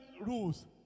rules